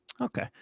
Okay